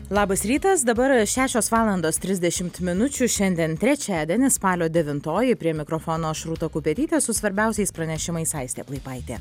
labas rytas dabar šešios valandos trisdešimt minučių šiandien trečiadienis spalio devintoji prie mikrofono aš rūta kupetytė su svarbiausiais pranešimais aistė plaipaitė